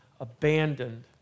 abandoned